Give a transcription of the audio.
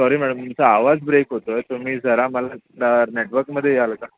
sorry madam तुमचा आवाज break होतो आहे तुम्ही जरा मला नेटवर्कमध्ये याल का